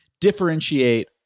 differentiate